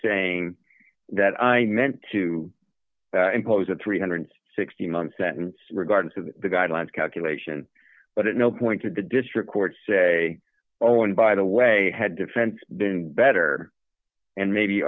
saying that i meant to impose a three hundred and sixty month sentence regardless of the guidelines calculation but no point to the district court say oh and by the way had defense been better and maybe